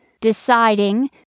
deciding